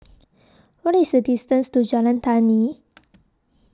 What IS The distance to Jalan Tani